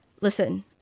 listen